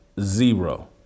zero